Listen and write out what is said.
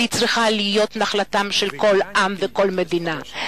אבל הוא צריך להיות נחלתם של כל עם וכל מדינה.